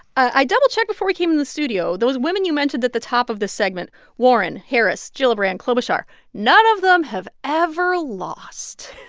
i double-checked before we came in the studio, those women you mentioned at the top of the segment warren, harris, gillibrand, klobuchar none of them have ever lost